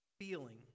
feeling